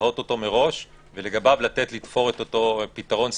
לזהות אותו מראש ולגביו לתת לתפור את אותו פתרון ספציפי.